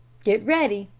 get ready.